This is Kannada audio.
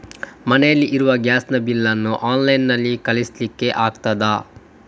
ಮನೆಯಲ್ಲಿ ಇರುವ ಗ್ಯಾಸ್ ನ ಬಿಲ್ ನ್ನು ಆನ್ಲೈನ್ ನಲ್ಲಿ ಕಳಿಸ್ಲಿಕ್ಕೆ ಆಗ್ತದಾ?